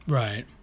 right